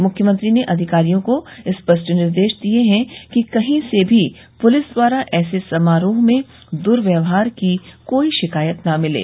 मुख्यमंत्री ने अधिकारियों को स्पष्ट निर्देश दिये हैं कि कहीं से भी पूलिस द्वारा ऐसे समारोह में दुर्व्यहार की कोई शिकायत न मिले